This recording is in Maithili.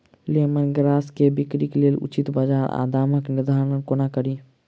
लेमन ग्रास केँ बिक्रीक लेल उचित बजार आ दामक निर्धारण कोना कड़ी?